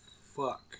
fuck